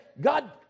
God